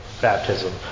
baptism